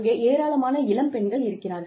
அங்கே ஏராளமான இளம் பெண்கள் இருக்கிறார்கள்